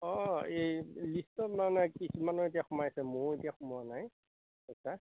অঁ এই লিষ্টত মানে কিছুমানো এতিয়া সোমাইছে মোৰ এতিয়া সোমোৱা নাই